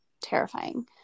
terrifying